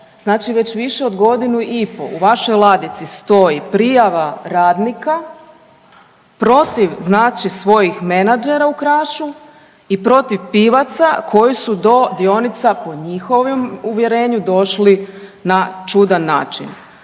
znači već više od godinu i po' i vašoj ladici stoji prijava radnika protiv znači svojih menadžera u Krašu i protiv Pivaca koji su do dionica po njihovom uvjerenju, došli na čudan način.